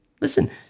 Listen